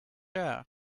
air